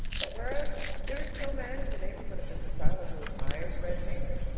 that whereas there is no man in the neighborhood of this asylum who admires red hair,